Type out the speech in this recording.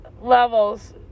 levels